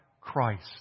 Christ